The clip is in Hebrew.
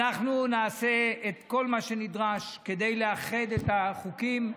אנחנו נעשה את כל מה שנדרש כדי לאחד את החוקים,